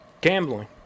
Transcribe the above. gambling